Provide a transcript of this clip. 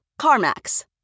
CarMax